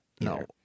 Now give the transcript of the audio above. No